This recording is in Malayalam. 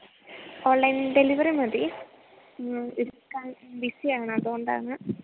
ഓൺലൈൻ ഡെലിവറി മതി ഇപ്പം ബിസ്സിയാണ് അതുകൊണ്ടാണ്